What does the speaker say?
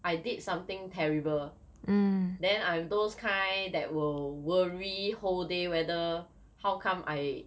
I did something terrible then I'm those kind that will worry whole day whether how come I